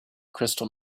crystal